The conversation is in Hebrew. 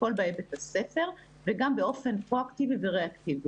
לכל באי בית הספר וגם באופן פרקטי ואקטיבי.